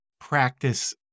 practice